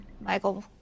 michael